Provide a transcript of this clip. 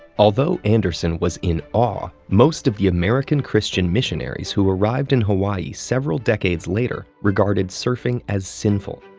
although anderson was in awe, most of the american christian missionaries who arrived in hawaii several decades later regarded surfing as sinful,